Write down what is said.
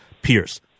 Pierce